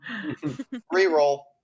Reroll